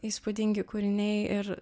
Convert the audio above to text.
įspūdingi kūriniai ir